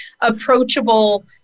approachable